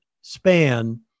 span